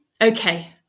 Okay